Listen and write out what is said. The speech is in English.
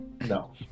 No